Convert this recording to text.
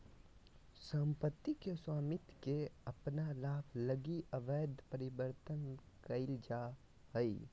सम्पत्ति के स्वामित्व के अपन लाभ लगी अवैध परिवर्तन कइल जा हइ